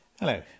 Hello